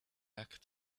back